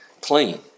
clean